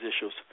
issues